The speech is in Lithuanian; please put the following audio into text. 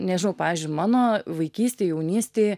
nežinau pavyzdžiui mano vaikystėj jaunystėj